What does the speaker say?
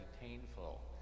painful